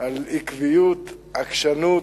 על עקביות, עקשנות,